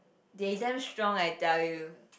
they damn strong I tell you